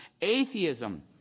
Atheism